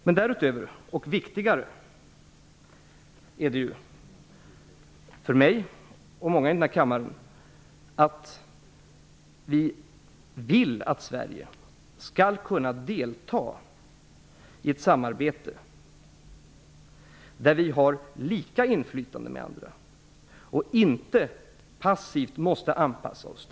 Det är ännu viktigare för mig och många i denna kammare att Sverige skall kunna delta i ett samarbete där vi har samma inflytande som andra och inte passivt måste anpassa oss.